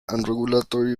regulatory